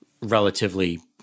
Relatively